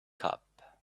cup